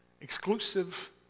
exclusive